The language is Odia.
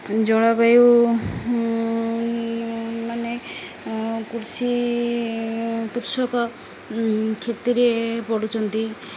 ଜଳବାୟୁ ମାନେ କୃଷି କୃଷକ କ୍ଷତିରେ ପଡ଼ୁଛନ୍ତି